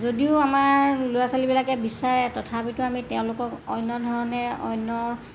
যদিও আমাৰ ল'ৰা ছোৱালীবিলাকে বিচাৰে তথাপিতো আমি তেওঁলোকক অন্য ধৰণৰে অন্য